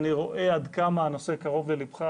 אני רואה עד כמה הנושא קרוב ללבך,